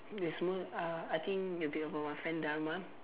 uh I think it will be about my friend Dharma